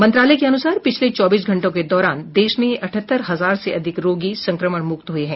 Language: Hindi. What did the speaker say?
मंत्रालय के अनुसार पिछले चौबीस घंटों के दौरान देश में अठहत्तर हजार से अधिक रोगी संक्रमण मुक्त हुए हैं